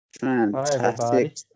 Fantastic